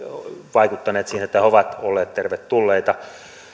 vaikuttaneet siihen että he ovat olleet tervetulleita